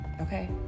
okay